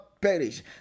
perish